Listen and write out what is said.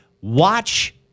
watch